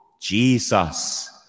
Jesus